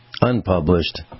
unpublished